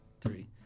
three